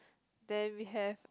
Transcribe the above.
then we have